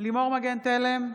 לימור מגן תלם,